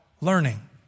learning